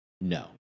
no